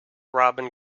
robin